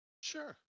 Sure